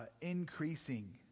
increasing